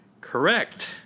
Correct